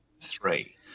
three